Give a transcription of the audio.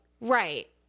Right